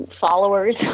followers